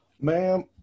Ma'am